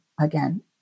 again